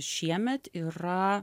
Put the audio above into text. šiemet yra